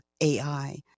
AI